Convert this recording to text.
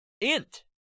Int